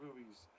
movies